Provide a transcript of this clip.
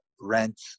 rent